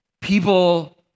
people